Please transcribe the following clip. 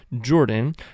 Jordan